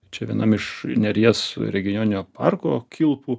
čia vienam iš neries regioninio parko kilpų